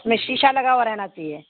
اس میں شیشا لگا رہنا چاہیے